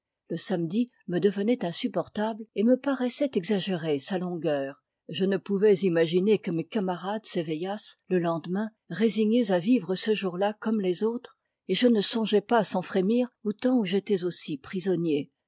le samedi me devenait insupportable et me paraissait exagérer sa longueur je ne pouvais imaginer que mes camarades s'éveillassent le lendemain résignés à vivre ce jour-là comme les autres et je ne songeais pas sans frémir au temps où j'étais aussi prisonnier